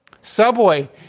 subway